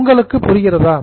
உங்களுக்கு புரிகிறதா